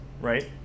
right